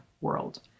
world